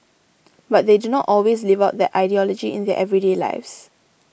but they do not always live out that ideology in their everyday lives